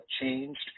changed